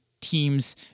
teams